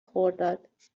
خرداد